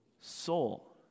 Soul